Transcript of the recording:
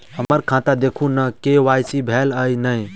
हम्मर खाता देखू नै के.वाई.सी भेल अई नै?